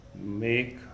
Make